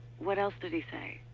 what else did he say?